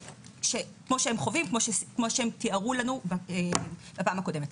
כמו שהם חווים, כמו שהם תיארו לנו בפעם הקודמת.